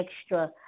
extra